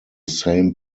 same